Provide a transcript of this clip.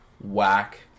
whack